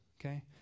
Okay